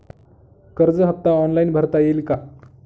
कर्ज हफ्ता ऑनलाईन भरता येईल का?